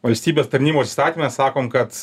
valstybės tarnybos įstatyme sakom kad